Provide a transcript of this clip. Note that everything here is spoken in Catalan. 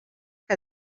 que